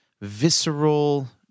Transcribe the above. visceral